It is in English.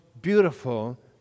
beautiful